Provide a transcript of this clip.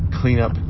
cleanup